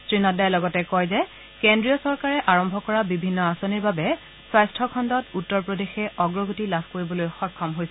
শ্ৰী নাড্ডাই লগতে কয় যে কেন্দ্ৰীয় চৰকাৰে আৰম্ভ কৰা বিভিন্ন আঁচনিৰ বাবে স্বাস্থ্য খণ্ডত উত্তৰ প্ৰদেশে অগ্ৰগতি লাভ কৰিবলৈ সক্ষম হৈছে